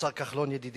השר כחלון ידידי,